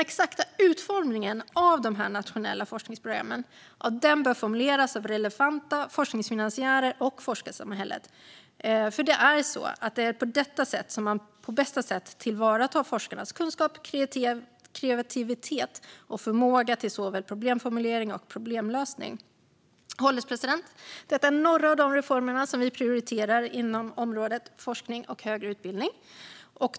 Den exakta utformningen av dessa nationella forskningsprogram bör formuleras av relevanta forskningsfinansiärer och forskarsamhället. Det är så man på bästa sätt tillvaratar forskarnas kunskap, kreativitet och förmåga till såväl problemformulering som problemlösning. Herr ålderspresident! Detta är några av de reformer som vi prioriterar inom området forskning och högre utbildning.